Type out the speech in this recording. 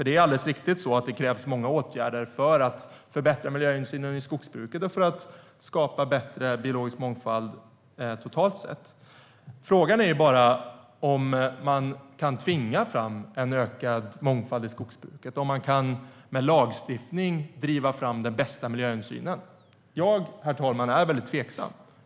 Det krävs mycket riktigt många åtgärder för att förbättra miljöhänsynen inom skogsbruket och skapa bättre biologisk mångfald totalt sett. Frågan är bara om man kan tvinga fram en ökad mångfald i skogsbruket och med lagstiftning driva fram den bästa miljöhänsynen. Jag är tveksam.